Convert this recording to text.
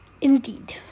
Indeed